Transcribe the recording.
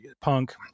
Punk